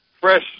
Fresh